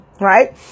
right